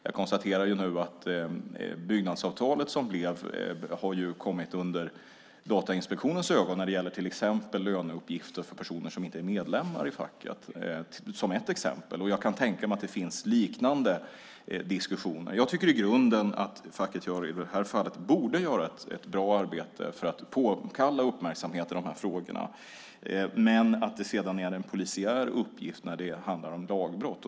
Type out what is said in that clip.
Jag konstaterar att Datainspektionen har fått ögonen på det nya byggnadsavtalet vad gäller till exempel löneuppgifter för personer som inte är medlemmar i facket. Jag kan tänka mig att det finns liknande diskussioner. Jag tycker i grunden att facket gör och borde göra ett bra arbete för att påkalla uppmärksamhet i dessa frågor men att det sedan är en polisiär uppgift när det handlar om lagbrott.